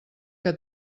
que